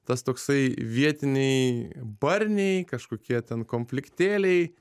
tas toksai vietiniai barniai kažkokie ten konfliktėliai